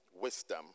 wisdom